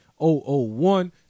001